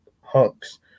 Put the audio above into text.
hunks